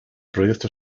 proyecto